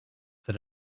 that